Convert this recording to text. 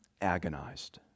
Agonized